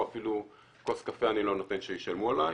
או אפילו כוס קפה אני לא נותן שישלמו עליי